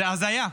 זה הזיה.